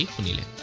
vanilla